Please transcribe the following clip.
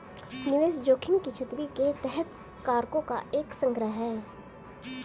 निवेश जोखिम की छतरी के तहत कारकों का एक संग्रह है